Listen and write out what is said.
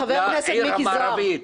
לעיר המערבית.